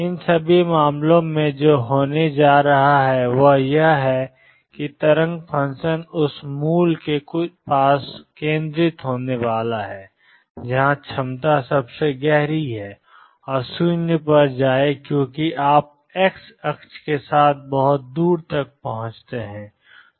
इन सभी मामलों में जो होने जा रहा है वह यह है कि तरंग फ़ंक्शन उस मूल के पास केंद्रित होने वाला है जहां क्षमता सबसे गहरी है और 0 पर जाएं क्योंकि आप x अक्ष के साथ बहुत दूर तक पहुंचते हैं